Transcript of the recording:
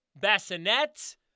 bassinet